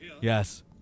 Yes